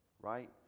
right